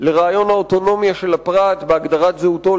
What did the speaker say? של רעיון האוטונומיה של הפרט בהגדרת זהותו,